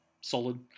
solid